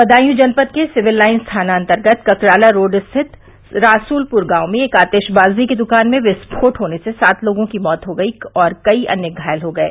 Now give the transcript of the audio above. बदायूं जनपद के civil line थाना अन्तर्गत ककराला रोड स्थित रासुलपुर गांव में एक आतिशबाजी की दुकान में विस्फोट होने से सात लोगों की मौत हो गई और कई अन्य घायल हो गये